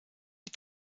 die